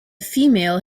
female